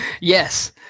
Yes